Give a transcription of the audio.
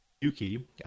Yuki